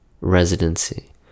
residency